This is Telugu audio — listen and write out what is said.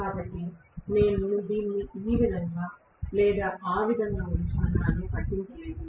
కాబట్టి నేను దీనిని ఈ విధంగా లేదా ఆ విధంగా ఉంచానా అనే పట్టింపు లేదు